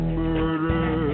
murder